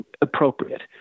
appropriate